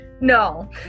no